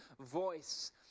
voice